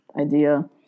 idea